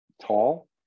tall